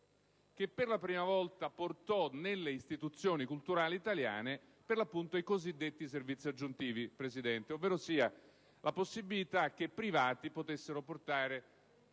che per la prima volta portò nelle istituzioni culturali italiane i cosiddetti servizi aggiuntivi, ovvero la possibilità che privati potessero portare